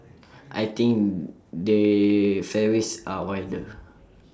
I think the fairways are wider